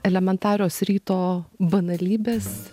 elementarios ryto banalybės